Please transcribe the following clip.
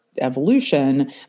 evolution